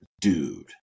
dude